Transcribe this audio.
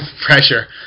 pressure